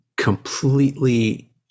completely